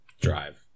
drive